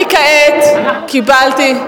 אני כעת קיבלתי.